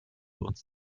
uns